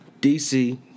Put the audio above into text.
DC